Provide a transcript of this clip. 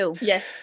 Yes